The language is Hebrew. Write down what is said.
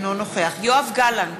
אינו נוכח יואב גלנט,